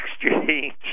exchange